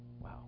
Wow